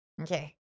Okay